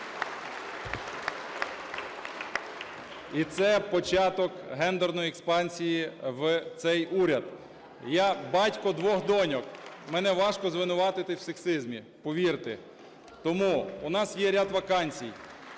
І це початок гендерної експансії в цей уряд. Я батько двох доньок. Мене важко звинуватити в сексизмі, повірте. Тому у нас є ряд вакансій.